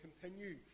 continue